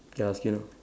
K I ask you now